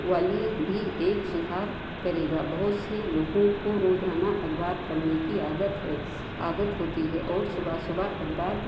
वाली भी एक सुधार करेगा बहुत सी लोगों को रोज़ाना अखबार पढ़ने की आदत है आदत होती है और सुबह सुबह अखबार